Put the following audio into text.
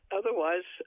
otherwise